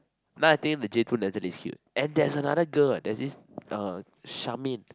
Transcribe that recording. now I think the J two Natalie is cute and there's another girl there's this Charmaine